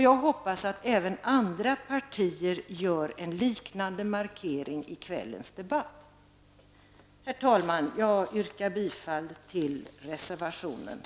Jag hoppas att även andra partier gör en liknande markering i kvällens debatt. Herr talman! Jag yrkar bifall till reservation 1.